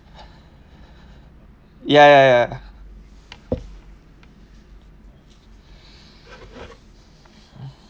ya ya ya